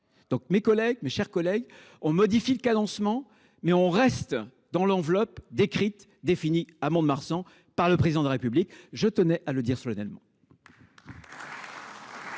donc mes collègues, mes chers collègues, on modifie le cadencement mais on reste dans l'enveloppe décrite défini à Mont-de-Marsan par le président de la République, je tenais à le dire solennellement.